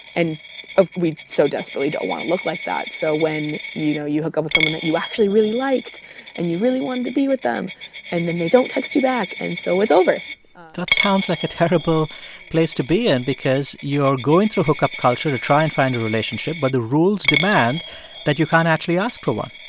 and we so desperately don't want to look like that. so when, you know, you hook up with someone that you actually really liked and you really wanted to be with them and then they don't text you back and so it's over that sounds like a terrible place to be in because you're going through hookup culture to try and find a relationship, but the rules demand that you can't actually ask for one